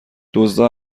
دزدا